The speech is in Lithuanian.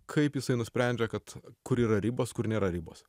kaip jisai nusprendžia kad kur yra ribos kur nėra ribos